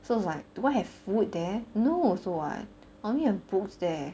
so I was like do I have food there no also what I only have books there